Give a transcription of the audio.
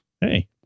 Hey